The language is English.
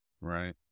Right